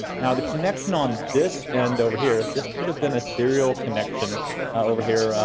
now, the connection on this end over here, this could have been a serial connection over here.